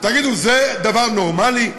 תגידו, זה דבר נורמלי?